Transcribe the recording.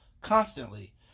constantly